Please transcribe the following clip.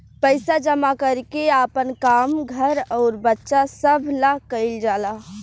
पइसा जमा कर के आपन काम, घर अउर बच्चा सभ ला कइल जाला